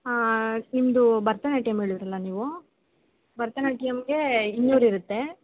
ಹಾಂ ನಿಮ್ದು ಭರತನಾಟ್ಯಮ್ ಹೇಳಿದ್ರಲ್ಲ ನೀವು ಭರತನಾಟ್ಯಮ್ಗೆ ಇನ್ನೂರು ಇರುತ್ತೆ